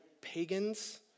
pagans